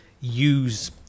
use